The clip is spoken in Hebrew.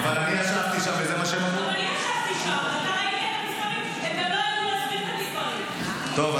אבל מדברים פה על 30 מיליון שקל להקמה.